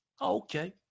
Okay